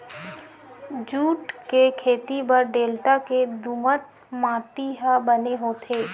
jute के खेती बर डेल्टा के दुमट माटी ह बने होथे